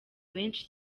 benshi